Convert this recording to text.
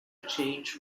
change